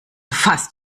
fast